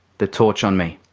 the torch on me.